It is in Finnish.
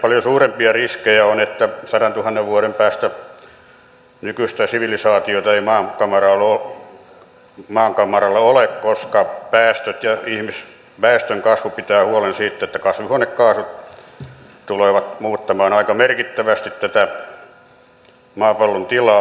paljon suurempi riski on että sadantuhannen vuoden päästä nykyistä sivilisaatiota ei maankamaralla ole koska päästöt ja ihmisväestön kasvu pitävät huolen siitä että kasvihuonekaasut tulevat muuttamaan aika merkittävästi tätä maapallon tilaa